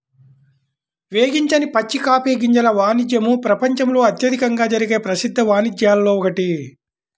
వేగించని పచ్చి కాఫీ గింజల వాణిజ్యము ప్రపంచంలో అత్యధికంగా జరిగే ప్రసిద్ధ వాణిజ్యాలలో ఒకటి